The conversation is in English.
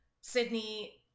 Sydney